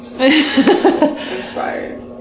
Inspired